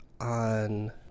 on